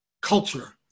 culture